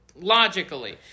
Logically